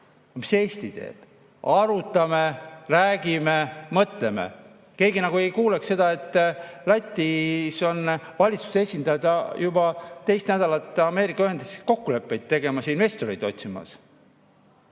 Mis Eesti teeb? Arutame, räägime, mõtleme. Keegi nagu ei kuuleks seda, et Lätis on valitsuse esindaja juba teist nädalat Ameerika Ühendriikides kokkuleppeid tegemas ja investoreid otsimas.